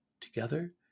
together